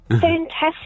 Fantastic